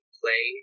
play